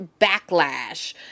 backlash